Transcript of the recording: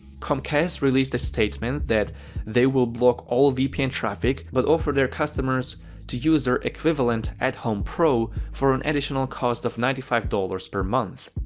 comcast released a statement that they will block all vpn traffic, but offer their customers to use their equivalent home pro for an additional cost of ninety five dollars per month.